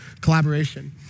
collaboration